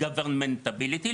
Governmentality,